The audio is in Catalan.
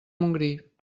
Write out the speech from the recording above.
montgrí